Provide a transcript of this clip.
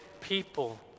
people